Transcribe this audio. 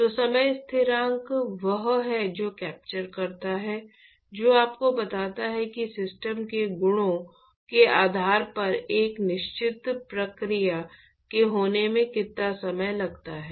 तो समय स्थिरांक वह है जो कैप्चर करता है जो आपको बताता है कि सिस्टम के गुणों के आधार पर एक निश्चित प्रक्रिया के होने में कितना समय लगता है